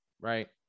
Right